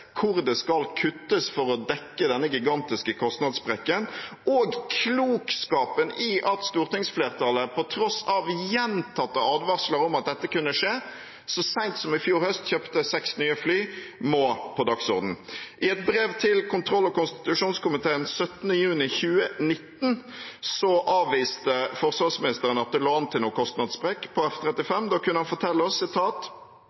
hvor det skal kuttes for å dekke denne gigantiske kostnadssprekken, og klokskapen i at stortingsflertallet – på tross av gjentatte advarsler om at dette kunne skje – så sent som i fjor høst kjøpte seks nye fly, må på dagsordenen. I et brev til kontroll- og konstitusjonskomiteen datert den 17. juni 2019 avviste forsvarsministeren at det lå an til en kostnadssprekk